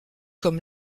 comme